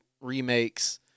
remakes